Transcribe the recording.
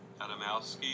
Adamowski